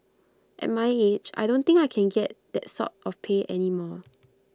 at my age I don't think I can get that sort of pay any more